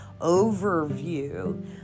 overview